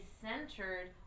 centered